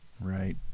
Right